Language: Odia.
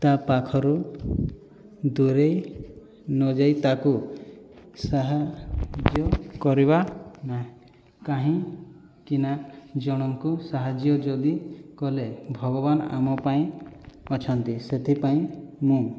ତା'ପାଖରୁ ଦୂରେଇ ନ ଯାଇ ତାକୁ ସାହାଯ୍ୟ କରିବା ନା କାହିଁକି ନା ଜଣଙ୍କୁ ସାହାଯ୍ୟ ଯଦି କଲେ ଭଗବାନ ଆମପାଇଁ ଅଛନ୍ତି ସେଥିପାଇଁ ମୁଁ